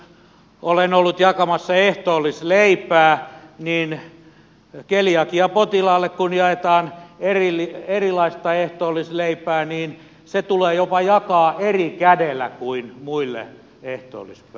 kun olen ollut jakamassa ehtoollisleipää niin kun keliakiapotilaalle jaetaan erilaista ehtoollisleipää se tulee jopa jakaa eri kädellä kuin muille ehdollista